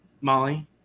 Molly